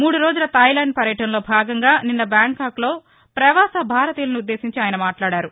మూడు రోజుల థాయిలాండ్ పర్యటనలో భాగంగా నిన్న బ్యాంకాక్ లో పవాసభారతీయులనుద్దేశించి ఆయన మాట్లాడారు